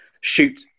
shoot